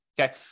okay